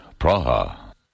Praha